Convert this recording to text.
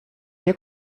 nie